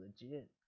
legit